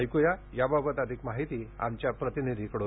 ऐक्या याबाबत अधिक माहिती आमच्या प्रतिनिधीकडून